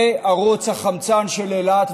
זה ערוץ החמצן של אילת,